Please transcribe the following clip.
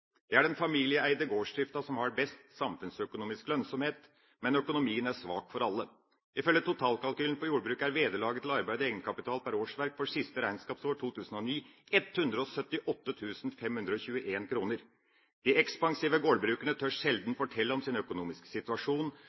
Det er den familieeide gårdsdrifta som har best samfunnsøkonomisk lønnsomhet, men økonomien er svak for alle. Ifølge totalkalkylen for jordbruket er vederlaget til arbeid og egenkapital per årsverk for siste regnskapsår, 2009, 178 521 kr. De ekspansive gårdbrukerne tør sjelden fortelle om sin økonomiske situasjon.